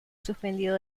suspendido